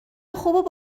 خوب